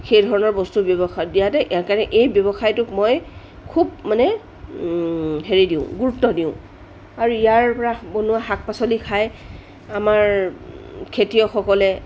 সেই ধৰণৰ বস্তু ব্যৱসায়ত দিয়া দেই ইয়াৰ কাৰণে এই ব্যৱসায়টোক মই খুব মানে হেৰি দিওঁ গুৰুত্ব দিওঁ আৰু ইয়াৰ পৰা বনোৱা শাক পাচলি খাই আমাৰ খেতিয়কসকলে